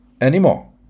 anymore